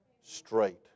straight